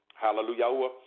Hallelujah